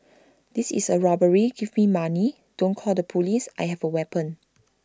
this is A robbery give me money don't call the Police I have A weapon